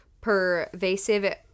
pervasive